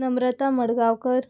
Namrata Madgaonkar